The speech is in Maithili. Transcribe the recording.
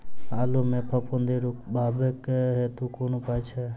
आलु मे फफूंदी रुकबाक हेतु कुन उपाय छै?